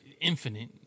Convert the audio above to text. Infinite